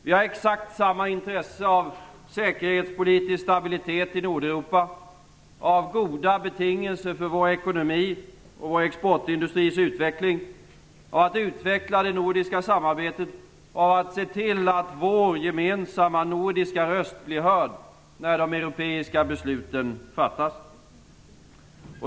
Vi har exakt samma intresse av säkerhetspolitisk stabilitet i Nordeuropa, av goda betingelser för vår ekonomis och vår exportindustris utveckling, av att utveckla det nordiska samarbetet och av att se till att vår gemensamma nordiska röst blir hörd när de europeiska besluten fattas.